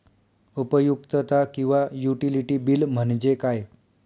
उपयुक्तता किंवा utility bill म्हणजे काय?